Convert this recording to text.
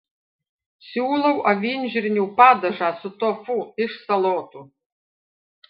siūlau avinžirnių padažą su tofu iš salotų